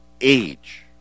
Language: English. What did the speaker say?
age